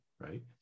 right